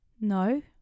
No